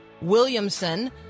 Williamson